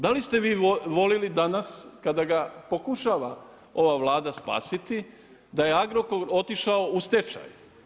Da li ste vi volili danas kada ga pokušava ova Vlada spasiti da je Agrokor otišao u stečaj?